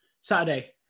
Saturday